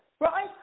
Right